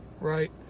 right